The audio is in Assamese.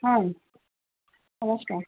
হয় নমস্কাৰ